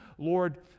lord